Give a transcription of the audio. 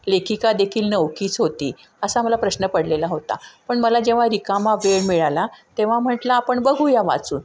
लेखिका देखील नवखीच होती असा मला प्रश्न पडलेला होता पण मला जेव्हा रिकामा वेळ मिळाला तेव्हा म्हटलं आपण बघूया वाचून